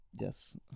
Yes